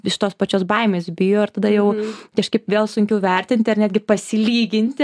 iš tos pačios baimės bijo ir tada jau kažkaip vėl sunkiau vertinti ar netgi pasilyginti